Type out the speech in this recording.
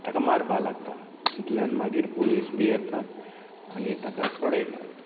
ताका मारपाक लागता इतल्यान मागीर पुलीस बी येता आनी ताका सोडयतात